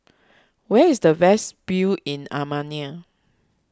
where is the best view in Armenia